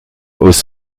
aus